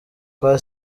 kwa